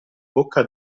bocca